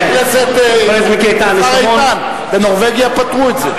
השר איתן, בנורבגיה פתרו את זה.